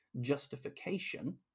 justification